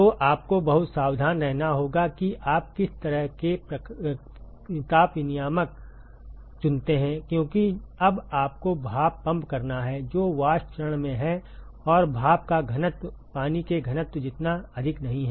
तो आपको बहुत सावधान रहना होगा कि आप किस प्रकार के ताप विनिमायक चुनते हैं क्योंकि अब आपको भाप पंप करना है जो वाष्प चरण में है और भाप का घनत्व पानी के घनत्व जितना अधिक नहीं है